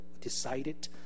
decided